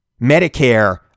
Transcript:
Medicare